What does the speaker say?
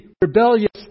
rebellious